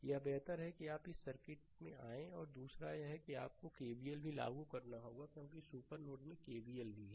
यह बेहतर है कि आप इस सर्किट में आएं दूसरा यह है कि आपको केवीएल भी लागू करना होगा क्योंकि सुपर नोड में केवीएल भी है